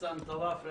חסאן טואפרה,